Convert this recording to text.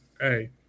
Hey